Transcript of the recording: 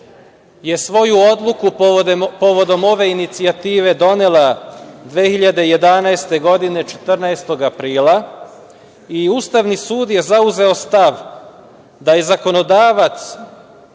je svoju odluku povodom ove inicijative doneo 2011. godine 14. aprila i Ustavni sud je zauzeo stav da je zakonodavac